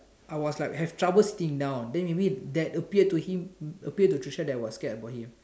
I was like have trouble sitting down then maybe that appeared to him appeared to Tricia that I was scared about him